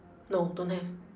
no don't have